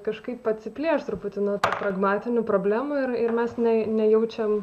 kažkaip atsiplėšti truputį nuo pragmatinių problemų ir ir mes ne nejaučiam